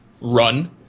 run